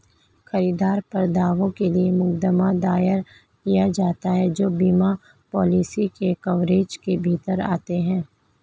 खरीदार पर दावों के लिए मुकदमा दायर किया जाता है जो बीमा पॉलिसी के कवरेज के भीतर आते हैं